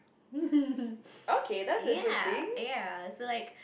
ya ya so like